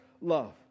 love